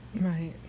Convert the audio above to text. Right